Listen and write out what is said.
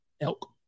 elk